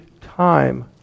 time